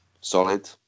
solid